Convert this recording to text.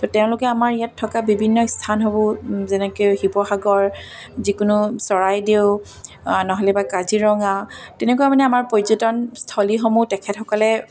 তো তেওঁলোকে আমাৰ ইয়াত থকা বিভিন্ন স্থানসমূহ যেনেকৈ শিৱসাগৰ যিকোনো চৰাইদেউ নহ'লে বা কাজিৰঙা তেনেকুৱা মানে আমাৰ পৰ্যটনস্থলীসমূহ তেখেতসকলে